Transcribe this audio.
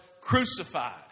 crucified